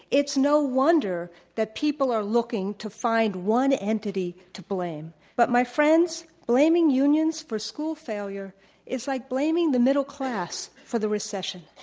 it's no wonder that people are looking to find one entity to blame. but my friends, blaming unions for school failure is like blaming the middle class for the recession.